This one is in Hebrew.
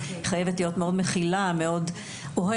היא חייבת להיות מאוד מכילה, מאוד אוהבת.